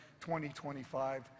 2025